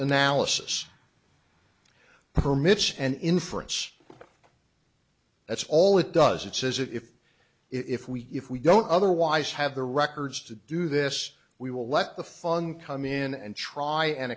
analysis permits and inference that's all it does it says if if we if we don't otherwise have the records to do this we will let the fun come in and try and